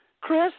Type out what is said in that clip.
Chris